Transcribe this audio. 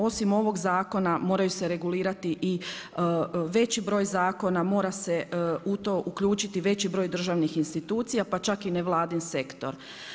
Osim ovog zakona moraju se regulirati i veći broj zakona, mora se u to uključiti veći broj državni institucija pa čak i ne vladin sektor.